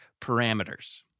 parameters